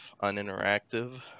uninteractive